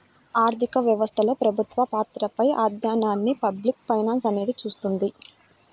ఆర్థిక వ్యవస్థలో ప్రభుత్వ పాత్రపై అధ్యయనాన్ని పబ్లిక్ ఫైనాన్స్ అనేది చూస్తుంది